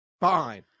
Fine